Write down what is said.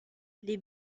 les